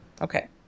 Okay